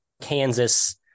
Kansas